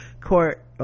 court